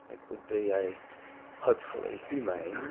it would be a hopefully, humane,